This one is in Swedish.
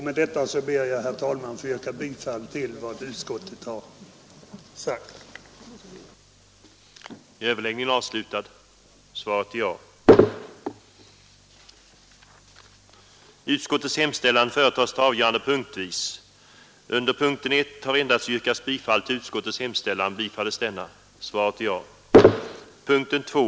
Med dessa ord ber jag, herr talman, att få yrka bifall till vad utskottet har hemställt.